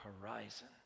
horizon